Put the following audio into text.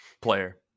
player